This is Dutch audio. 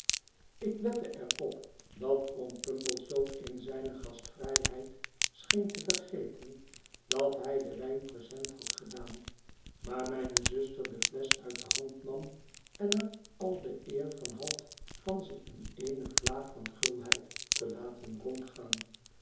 ik lette er op dat oom pumblechook in zijne gastvrijheid scheen te vergeten dat hij den wijn present had gedaan maar mijne zuster de flesch uit de hand nam en er al de eer van had van ze in eene vlaag van gulheid te laten rondgaan